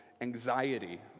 anxiety